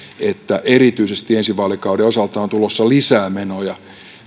että erityisesti ensi vaalikauden osalta on tulossa lisää menoja